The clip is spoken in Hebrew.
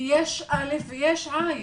כי יש א' ויש ע'.